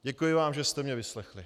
Děkuji vám, že jste mě vyslechli.